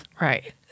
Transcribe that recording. right